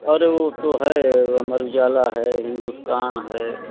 अरे वह तो हैं अमर ऊजाला है हिंदुस्तान है